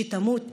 שתמות